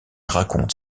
raconte